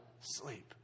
sleep